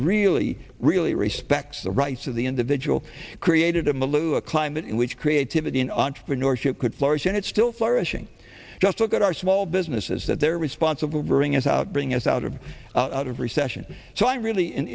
really really respects the rights of the individual created to milou a climate in which creativity in entrepreneurship could flourish and it's still flourishing just look at our small businesses that they're responsible bring us out bring us out of out of recession so i'm really in